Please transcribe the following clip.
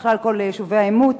ובכלל כל יישובי העימות?